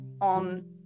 on